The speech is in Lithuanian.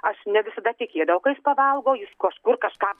aš ne visada tikėdavau ka jis pavalgo jis kažkur kažką